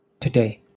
today